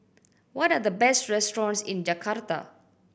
what are the best restaurants in Jakarta